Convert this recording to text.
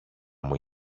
μου